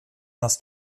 nas